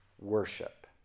worship